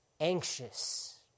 anxious